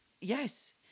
yes